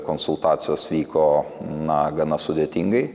konsultacijos vyko na gana sudėtingai